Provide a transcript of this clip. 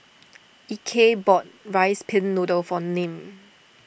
Ike bought Rice Pin Noodles for Nim